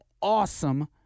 awesome